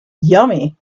yummy